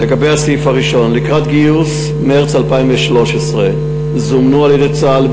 לגבי הסעיף הראשון: לקראת גיוס מרס 2013 זומנו על-ידי צה"ל,